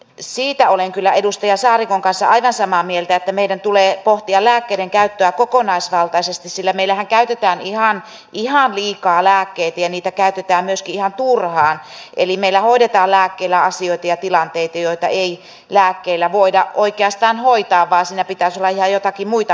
siitä olen kyllä edustaja saarikon kanssa aivan samaa mieltä että meidän tulee pohtia lääkkeiden käyttöä kokonaisvaltaisesti sillä meillähän käytetään ihan liikaa lääkkeitä ja niitä käytetään myöskin ihan turhaan eli meillä hoidetaan lääkkeillä asioita ja tilanteita joita ei lääkkeillä voida oikeastaan hoitaa vaan siinä pitäisi olla ihan joitakin muita hoitokeinoja